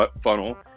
funnel